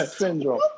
syndrome